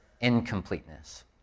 incompleteness